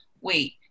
wait